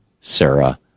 Sarah